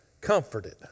comforted